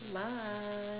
must